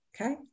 Okay